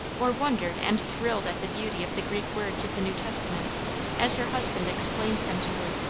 or wondered and thrilled at the beauty of the greek words of the new testament as her husband explained them to her.